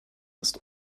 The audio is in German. ist